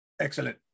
Excellent